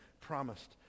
promised